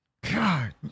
God